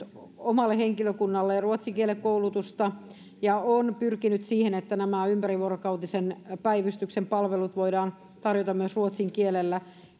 omalle henkilökunnalleen ruotsin kielen koulutusta ja on pyrkinyt siihen että nämä ympärivuorokautisen päivystyksen palvelut voidaan tarjota myös ruotsin kielellä